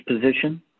position